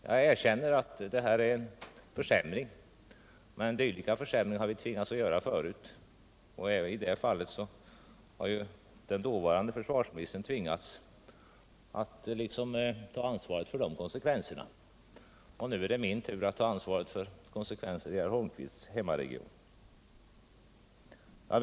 Jag erkänner att detta är en försämring, men dylika försämringar har vi tvingats göra förut. Även dåvarande försvarsministern tvingades ta ansvaret för konsekvenserna, och nu är det min tur att ta ansvaret för konsekvenser i herr Holmqvists hemregion.